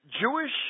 Jewish